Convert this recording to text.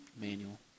Manual